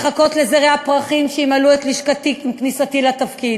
לחכות לזרי הפרחים שימלאו את לשכתי עם כניסתי לתפקיד,